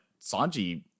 Sanji